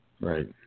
Right